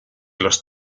los